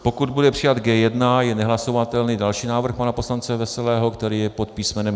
Pokud bude přijat G1, je nehlasovatelný další návrh pana poslance Veselého, který je pod písmenem G2.